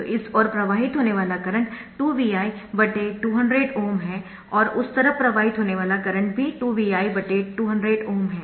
तो इस ओर प्रवाहित होने वाला करंट 2Vi 200Ω है और उस तरफ प्रवाहित होने वाला करंट भी 2Vi 200Ω है